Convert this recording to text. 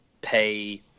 pay